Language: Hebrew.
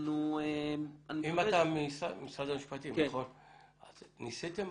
חשבתם